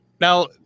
Now